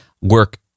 work